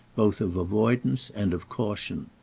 both of avoidance and of caution.